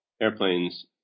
airplanes